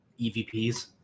evps